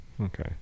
Okay